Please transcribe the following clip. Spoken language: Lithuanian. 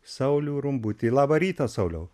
saulių rumbutį labą rytą sauliau